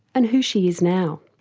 and who she is now.